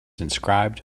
inscribed